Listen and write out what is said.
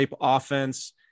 offense